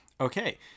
okay